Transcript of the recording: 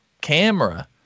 camera